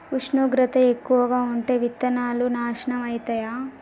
ఉష్ణోగ్రత ఎక్కువగా ఉంటే విత్తనాలు నాశనం ఐతయా?